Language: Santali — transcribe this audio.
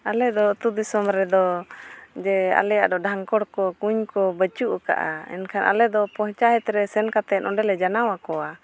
ᱟᱞᱮ ᱫᱚ ᱟᱛᱳ ᱫᱤᱥᱚᱢ ᱨᱮᱫᱚ ᱡᱮ ᱟᱞᱮᱭᱟᱜ ᱫᱚ ᱰᱷᱟᱝᱠᱚᱲ ᱠᱚ ᱠᱩᱧ ᱠᱚ ᱵᱟᱹᱪᱩᱜ ᱟᱠᱟᱜᱼᱟ ᱮᱠᱷᱟᱱ ᱮᱞᱮᱫᱚ ᱯᱚᱪᱟᱭᱮᱛ ᱨᱮ ᱥᱮᱱᱚ ᱠᱟᱛᱮ ᱚᱸᱰᱮ ᱞᱮ ᱡᱟᱱᱟᱣ ᱟᱠᱚᱣᱟ